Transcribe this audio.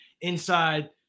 inside